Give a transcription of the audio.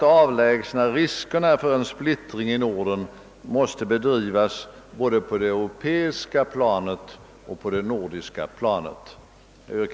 Jag yrkar bifall till utskottets förslag.